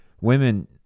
Women